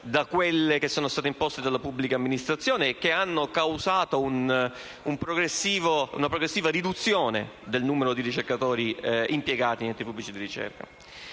da quelle imposte alla pubblica amministrazione ed hanno causato una progressiva riduzione del numero dei ricercatori impiegati in enti pubblici di ricerca.